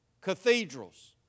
cathedrals